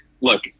look